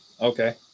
Okay